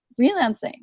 freelancing